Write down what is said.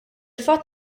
fatt